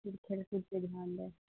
پھر کھیل کود پہ دھیان دے